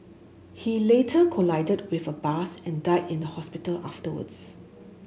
he later collided with a bus and died in the hospital afterwards